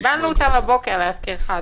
קיבלנו אותם הבוקר, להזכירך.